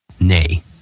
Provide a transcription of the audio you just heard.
Nay